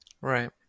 Right